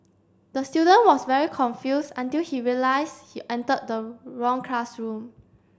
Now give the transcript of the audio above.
the student was very confused until he realize he entered the wrong classroom